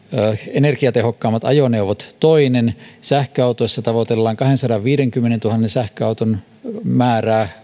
energiatehokkaammat ajoneuvot toinen sähköautoissa tavoitellaan kahdensadanviidenkymmenentuhannen sähköauton määrää